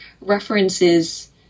references